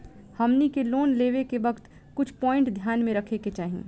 हमनी के लोन लेवे के वक्त कुछ प्वाइंट ध्यान में रखे के चाही